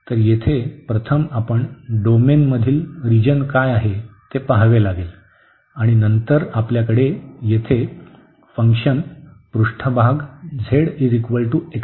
तर येथे प्रथम आपण डोमेनमधील रिजन काय आहे ते पहावे लागेल आणि नंतर आपल्याकडे येथे फंक्शन पृष्ठभाग z xy आहे